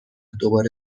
دوباره